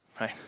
Right